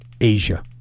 Asia